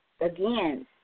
again